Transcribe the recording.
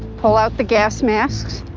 pull out the gas masks,